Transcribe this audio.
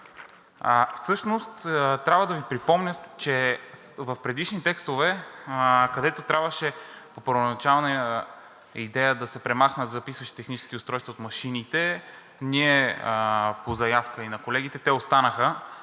отмени. Трябва да Ви припомня, че в предишни текстове, където трябваше по първоначална идея да се премахнат техническите записващи устройства от машините, по заявка и на колегите – те останаха.